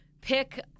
Pick